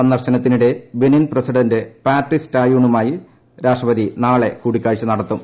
സന്ദർശനത്തിനിടെ Benin president Patrice ടായൂണുമായി രാഷ്ട്രപതി നാളെ കൂടിക്കാഴ്ച നടത്തും